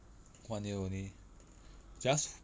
one year only just